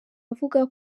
avuga